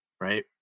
Right